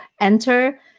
enter